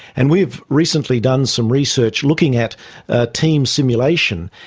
and we've recently done some research looking at ah team simulation,